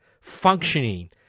functioning